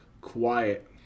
quiet